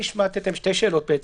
שתי שאלות: